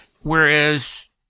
Whereas